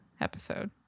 episode